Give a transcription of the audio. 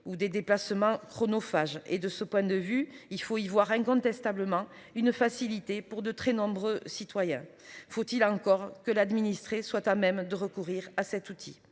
ou des déplacements chronophage et de ce point de vue il faut y voir incontestablement une facilité pour de très nombreux citoyens. Faut-il encore que l'administrer soit à même de recourir à cet outil